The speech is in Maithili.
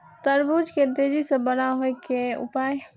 तरबूज के तेजी से बड़ा होय के उपाय?